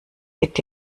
wird